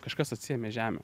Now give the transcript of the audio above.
kažkas atsiėmė žemę